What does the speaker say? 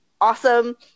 awesome